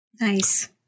Nice